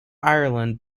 ireland